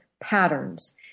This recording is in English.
patterns